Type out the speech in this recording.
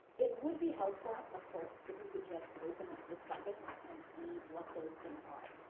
it would be helpful, of course, if we could just open up this bucket and see what those things are.